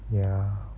ya